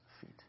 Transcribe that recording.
feet